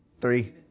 Three